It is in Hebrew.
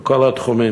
בכל התחומים.